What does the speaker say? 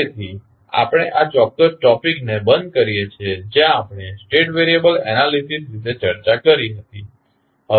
તેથી આપણે આ ચોક્ક્સ ટોપિક ને બંધ કરીએ છીએ જ્યાં આપણે સ્ટેટ વેરિએબલ એનાલીસીસ વિશે ચર્ચા કરી હતી